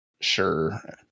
Sure